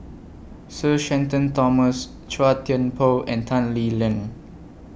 Sir Shenton Thomas Chua Thian Poh and Tan Lee Leng